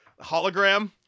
hologram